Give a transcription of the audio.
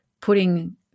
putting